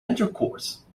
intercourse